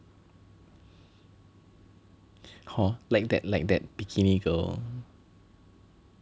hor like that like that bikini girl